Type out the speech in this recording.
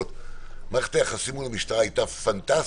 מערכת היחסים מול המשטרה הייתה פנטסטית,